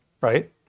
Right